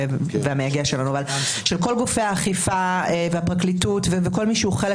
כל גופי האכיפה והפרקליטות וכל מי שהוא חלק